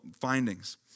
findings